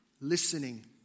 listening